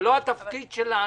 זה לא התפקיד שלנו,